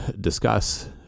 discuss